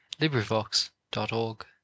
LibriVox.org